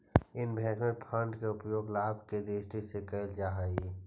investment fund के उपयोग लाभ के दृष्टि से कईल जा हई